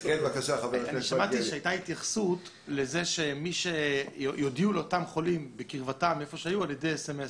שמעתי שהייתה התייחסות לזה שיודיעו לאותם שהיו בקרבתם חולים בסמסים.